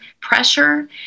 pressure